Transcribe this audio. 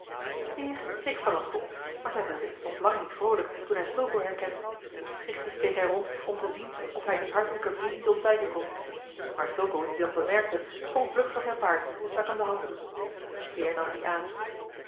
peer keek verrast op maar zijn gezicht stond lang niet vroolijk toen hij fulco herkende schichtig keek hij rond om te zien of hij dien hartelijken vriend niet ontwijken kon maar fulco die dat bemerkte sprong vlug van zijn paard en stak hem de hand toe peer nam die aan